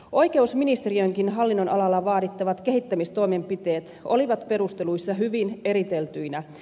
oikeusministeriönkin hallinnonalalla vaadittavat kehittämistoimenpiteet olivat perusteluissa hyvin eriteltyinä